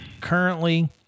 currently